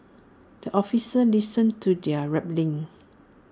the officer listens to their rambling